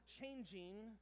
changing